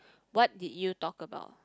what did you talk about